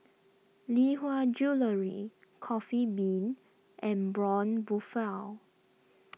Lee Hwa Jewellery Coffee Bean and Braun Buffel